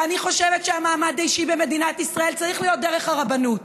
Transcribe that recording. ואני חושבת שהמעמד האישי במדינת ישראל צריך להיות דרך הרבנות,